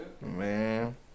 Man